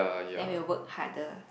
then we will work harder